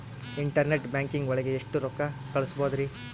Internet banking ಒಳಗೆ ಎಷ್ಟ್ ರೊಕ್ಕ ಕಲ್ಸ್ಬೋದ್ ರಿ?